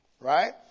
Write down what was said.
Right